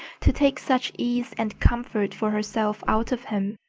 to take such ease and comfort for herself out of him,